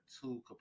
two